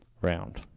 round